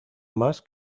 más